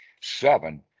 seven